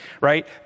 right